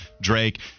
Drake